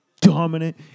dominant